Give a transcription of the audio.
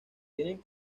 tienen